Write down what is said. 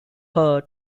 her